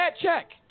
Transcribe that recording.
check